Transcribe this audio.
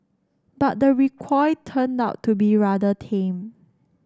but the recoil turned out to be rather tame